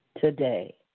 today